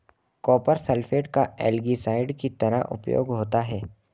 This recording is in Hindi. कॉपर सल्फेट का एल्गीसाइड की तरह उपयोग होता है